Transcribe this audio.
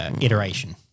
iteration